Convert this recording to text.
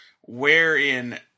wherein